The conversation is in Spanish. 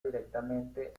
directamente